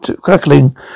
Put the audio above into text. crackling